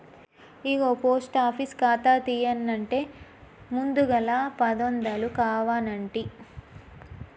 ఇగో post office ఖాతా తీయన్నంటే ముందుగల పదొందలు కావనంటి